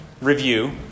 review